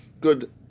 good